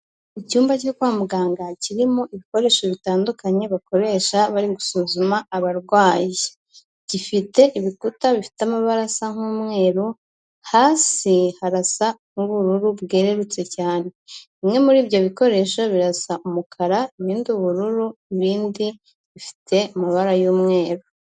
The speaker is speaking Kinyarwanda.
Icyumba cyo kwa muganga kirimo ibikoresho bitandukanye bakoresha bari gusuzuma abarwayi, gifite ibikuta bifite amabara asa nk'umweru, hasi harasa nk'ubururu bwerurutse cyane, bimwe muri ibyo bikoresho birasa umukara, ibindi ubururu, ibindi bifite amabara y'umweru.